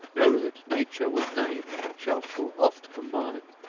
know that nature with name shall full oft combine.